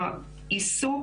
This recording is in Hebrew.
העיסוק